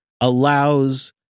allows